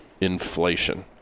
inflation